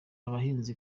abahinzi